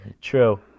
True